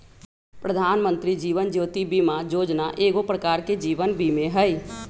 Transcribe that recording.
प्रधानमंत्री जीवन ज्योति बीमा जोजना एगो प्रकार के जीवन बीमें हइ